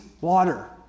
water